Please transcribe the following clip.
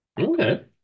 Okay